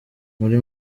muri